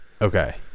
okay